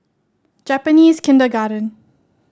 Japanese Kindergarten